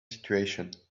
situation